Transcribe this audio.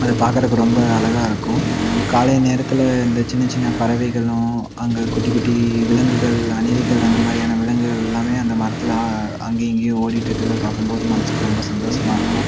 அதை பார்க்குறதுக்கு ரொம்ப அழகாக இருக்கும் காலை நேரத்தில் இந்த சின்ன சின்ன பறவைகளும் அங்கே குட்டி குட்டி விலங்குகள் அணில்கள் அந்த மாதிரியான விலங்குகள் எல்லாம் அந்த மரத்தில் அ அங்கேயும் இங்கேயும் ஓடிகிட்டு இருக்கிறத பார்க்கும் போது மனதுக்கு ரொம்ப சந்தோஷமாக இருக்கும்